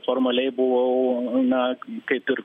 formaliai buvau na kaip ir